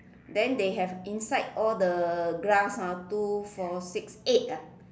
then they have inside all the glass ah two four six eight ah